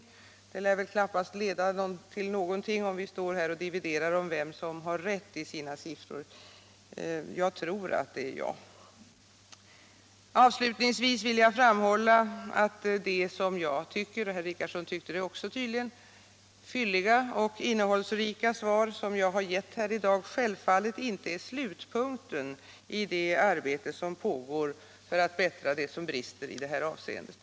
HE Gt syr Det lär väl knappast leda till någonting om vi står här och dividerar Om ökad offentlig om vem som har rätt i sina siffror. Jag tror att det är jag. insyn i administra Avslutningsvis vill jag framhålla att det som jag tycker — och herr = tiva åtgärder mot Richardson tyckte det tydligen också — fylliga och innehållsrika svar som = terrorism jag gett här i dag självfallet inte är slutpunkten i det arbete som pågår för att bättra det som brister i det här avseendet.